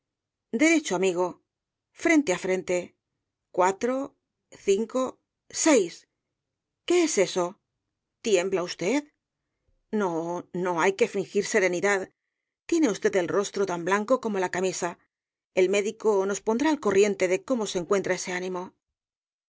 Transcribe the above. tres derecho amigo frente á frente cuatro cinco seis qué es eso tiembla usted no no hay que fingir serenidad tiene usted el rostro tan blanco como la camisa el médico nos pondrá al corriente de cómo se encuentra ese ánimo